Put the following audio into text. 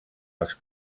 els